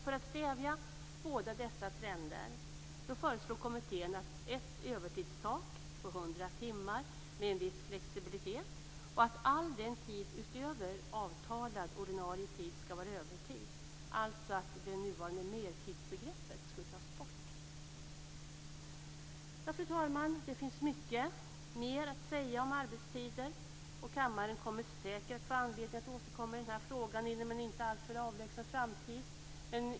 För att stävja båda dessa trender föreslog kommittén ett övertidstak på 100 timmar med viss flexibilitet och att all tid utöver avtalad ordinarie tid skulle vara övertid, dvs. att det nuvarande mertidsbegreppet skulle tas bort. Fru talman! Det finns mycket mer att säga om arbetstider. Kammaren kommer säkert att få anledning att återkomma i den här frågan inom en inte alltför avlägsen framtid.